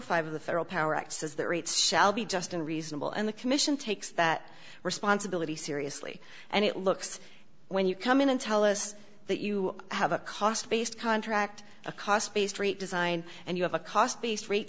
five of the federal power act says that rates shall be just and reasonable and the commission takes that responsibility seriously and it looks when you come in and tell us that you have a cost based contract a cost based rate design and you have a cost base rate